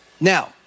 Now